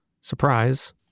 Surprise